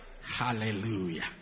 Hallelujah